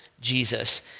Jesus